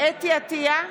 אתי עטייה,